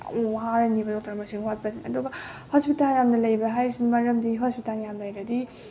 ꯌꯥꯝ ꯋꯥꯔꯅꯦꯕ ꯗꯣꯛꯇꯔ ꯃꯁꯤꯡ ꯋꯥꯠꯄꯁꯤꯅ ꯑꯗꯨꯒ ꯍꯣꯁꯄꯤꯇꯥꯜ ꯌꯥꯝꯅ ꯂꯩꯔꯤꯕ ꯍꯥꯏꯁꯤ ꯃꯔꯝꯗꯤ ꯍꯣꯁꯄꯤꯇꯥꯜ ꯌꯥꯝ ꯂꯩꯔꯗꯤ